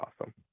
awesome